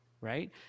right